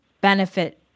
benefit